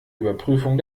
überprüfung